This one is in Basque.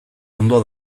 ondo